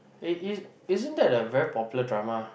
it is isn't that a very popular drama